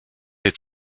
est